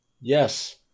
Yes